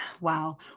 Wow